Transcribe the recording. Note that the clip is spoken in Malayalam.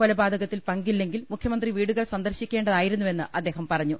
കൊലപാതകത്തിൽ പങ്കില്ലെങ്കിൽ മുഖ്യമ ന്ത്രി വീടുകൾ സന്ദർശിക്കേണ്ടതായിരുന്നുവെന്ന് അദ്ദേഹം പറഞ്ഞു